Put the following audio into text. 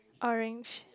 orange